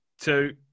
two